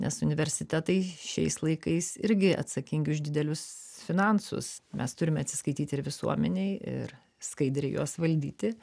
nes universitetai šiais laikais irgi atsakingi už didelius finansus mes turime atsiskaityti ir visuomenei ir skaidriai juos valdyti